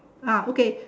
ah okay